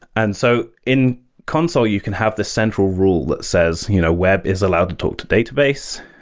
and so in consul, you can have this central rule that says, you know web is allowed to talk to database.